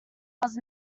was